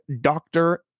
doctor